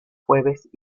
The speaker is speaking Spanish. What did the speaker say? jueves